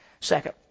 Second